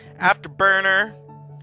afterburner